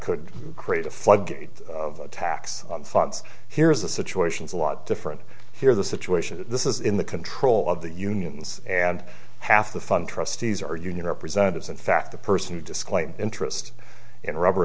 could create a floodgate of a tax on funds here's the situation's a lot different here the situation this is in the control of the unions and half the fun trustees are union representatives in fact the person who disclaimed interest in rubber